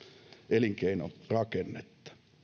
elinkeinorakennetta